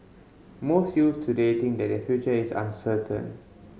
most youth today think that their future is uncertain